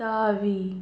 தாவி